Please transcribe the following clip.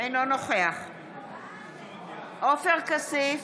נגד עופר כסיף,